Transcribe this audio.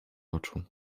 oczu